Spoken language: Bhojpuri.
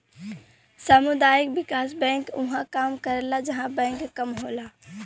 सामुदायिक विकास बैंक उहां काम करला जहां बैंक कम होला